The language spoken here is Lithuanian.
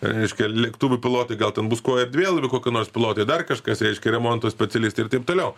reiškia lėktuvų pilotai gal ten bus kuo erdvėlaivių kokių nors pilotai dar kažkas reiškia remonto specialistai ir taip toliau